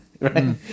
right